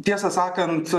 tiesą sakant